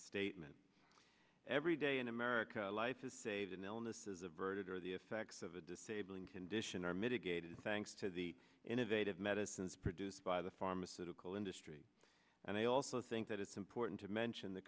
statement every day in america life is saved an illness is averted or the effects of a disabling condition are mitigated thanks to the innovative medicines produced by the pharmaceutical industry and i also think that it's important to mention the